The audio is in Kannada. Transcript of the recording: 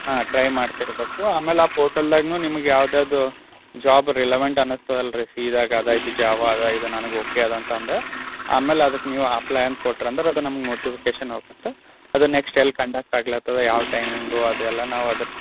ಹಾಂ ಟ್ರೈ ಮಾಡ್ತಿರಬೇಕು ಆಮೇಲೆ ಆ ಪೋರ್ಟಲ್ದಾಗು ನಿಮ್ಗೆ ಯಾವ್ದುಯಾವ್ದು ಜಾಬ್ ರಿಲವಂಟ್ ಅನಸ್ತದಲ್ಲ ರೀ ಸಿ ದಾಗ ಅದಾಯ್ತು ಜಾಬ ಅದು ಇದು ನನಗೆ ಓಕೆ ಅದ ಅಂತ ಅಂದ ಆಮೇಲೆ ಅದ್ಕೆ ನೀವು ಅಪ್ಲಾಯಂತ ಕೊಟ್ರೆ ಅಂದ್ರೆ ಅದು ನಮ್ಗೆ ನೋಟಿಫಿಕೇಶನ್ ಹೋಗತ್ತೆ ಅದು ನೆಕ್ಸ್ಟ್ ಎಲ್ಲಿ ಕಂಡಕ್ಟ್ ಆಗ್ಲ್ ಹತ್ತದ ಯಾವ ಟೈಮಿಂಗು ಅದು ಎಲ್ಲ ನಾವು ಅದ್ರ